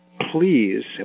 please